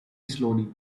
slowly